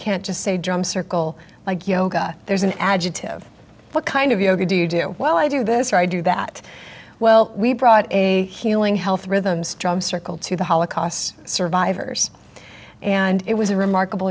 can't just say drum circle like yoga there's an adjective what kind of yoga do you do well i do this or i do that well we brought a healing health rhythms drum circle to the holocaust survivors and it was a remarkable